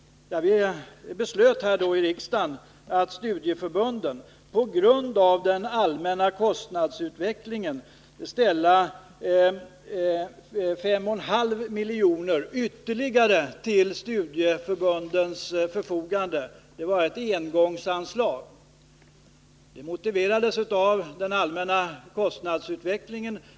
Riksdagen beslöt då att ställa ytterligare 5,5 milj.kr. till studieförbundens förfogande. Det var ett engångsanslag som motiverades av den allmänna kostnadsutvecklingen.